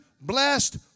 blessed